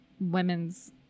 women's